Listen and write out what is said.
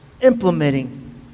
implementing